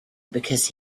because